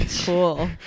Cool